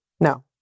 No